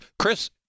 Chris